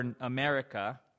America